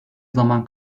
zaman